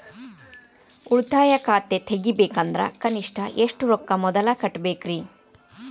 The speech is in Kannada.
ಉಳಿತಾಯ ಖಾತೆ ತೆಗಿಬೇಕಂದ್ರ ಕನಿಷ್ಟ ಎಷ್ಟು ರೊಕ್ಕ ಮೊದಲ ಕಟ್ಟಬೇಕ್ರಿ?